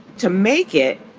to make it.